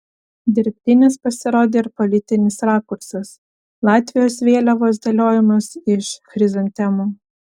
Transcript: dirbtinis pasirodė ir politinis rakursas latvijos vėliavos dėliojimas iš chrizantemų